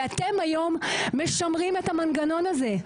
ואתם היום משמרים את המנגנון הזה.